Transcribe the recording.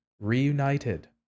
reunited